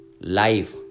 life